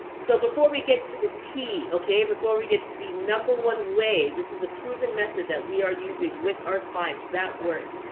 so before we get to the t, okay, before we get to the number one way. this is a proven method that we are using with our clients that works.